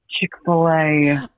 Chick-fil-A